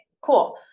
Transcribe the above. Cool